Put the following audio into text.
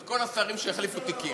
את כל השרים שהחליפו תיקים.